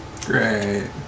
Great